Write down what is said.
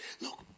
Look